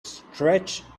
stretch